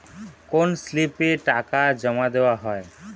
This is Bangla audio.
কোন স্লিপে টাকা জমাদেওয়া হয়?